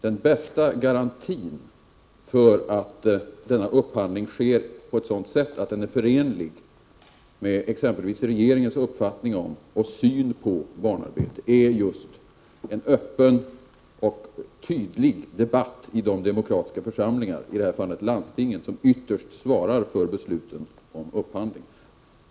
Den bästa garantin för att denna upphandling sker på ett sådant sätt att den är förenlig med exempelvis regeringens uppfattning om och syn på barnarbete är just en öppen och tydlig debatt i de demokratiska församlingar — i det här fallet landstingen — som ytterst svarar för besluten om upphandling.